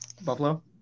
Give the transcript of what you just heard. Buffalo